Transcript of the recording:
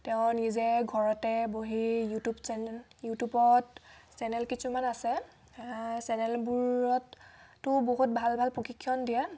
তেওঁ নিজে ঘৰতে বহি ইউটিউব চেনেল ইউটিউবত চেনেল কিছুমান আছে চেনেলবোৰতো বহুত ভাল ভাল প্ৰশিক্ষণ দিয়ে